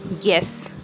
Yes